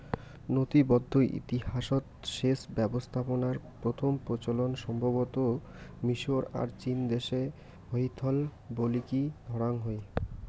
নথিবদ্ধ ইতিহাসৎ সেচ ব্যবস্থাপনার প্রথম প্রচলন সম্ভবতঃ মিশর আর চীনদেশে হইথল বলিকি ধরাং হই